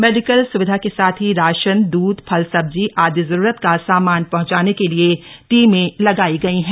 medical सुविधा के साथ ही राशन दूध फल सब्जी आदि जरूरत का सामान पहुंचाने के लिए टीमें लगाई गई हैं